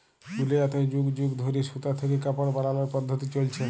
দুলিয়াতে যুগ যুগ ধইরে সুতা থ্যাইকে কাপড় বালালর পদ্ধতি চইলছে